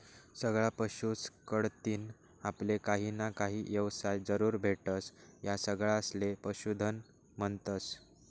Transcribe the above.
सगळा पशुस कढतीन आपले काहीना काही येवसाय जरूर भेटस, या सगळासले पशुधन म्हन्तस